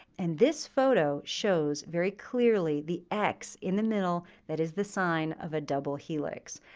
and this photo shows very clearly the x in the middle that is the sign of a double helix.